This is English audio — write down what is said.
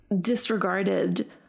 disregarded